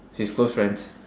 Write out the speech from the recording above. his close friends